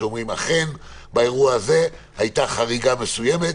שאומרים: אכן באירוע הזה הייתה חריגה מסוימת,